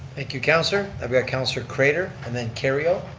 thank you, councilor. i've got councilor craitor and then kerrio.